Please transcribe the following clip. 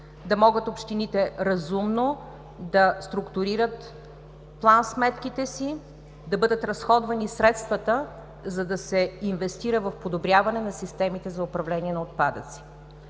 да могат общините разумно да структурират план-сметките си, да бъдат разходвани средствата, за да се инвестира в подобрение на системите за управление на отпадъци. Това